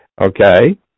okay